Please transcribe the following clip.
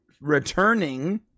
returning